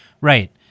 Right